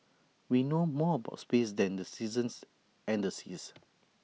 we know more about space than the seasons and the seas